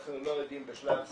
אנחנו לא יודעים בשלב זה,